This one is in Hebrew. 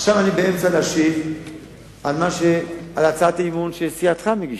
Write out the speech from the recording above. עכשיו אני רוצה להשיב על הצעת אי-אמון שסיעתך מגישה.